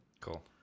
Cool